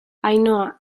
ainhoa